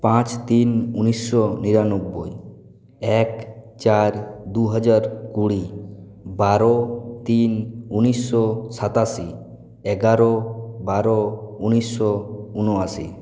পাঁচ তিন উনিশশো নিরানব্বই এক চার দুহাজার কুড়ি বারো তিন উনিশশো সাতাশি এগারো বারো উনিশশো উনআশি